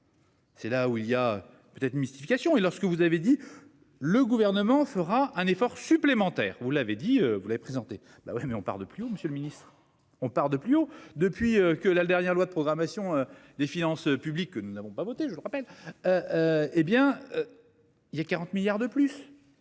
C'est là où il y a peut être mystification et lorsque vous avez dit, le gouvernement fera un effort supplémentaire. Vous l'avez dit, vous l'avez présenté. Bah oui mais on part de pluie ou Monsieur le Ministre, on part de plus haut depuis que la dernière loi de programmation des finances publiques que nous n'avons pas voté, je le rappelle. Hé bien. Il y a 40 milliards de plus.